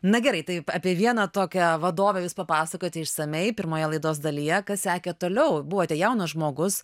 na gerai taip apie vieną tokią vadovę jūs papasakojote išsamiai pirmoje laidos dalyje kas sekė toliau buvote jaunas žmogus